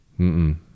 Mm-mm